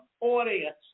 audience